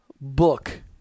book